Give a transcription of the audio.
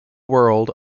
world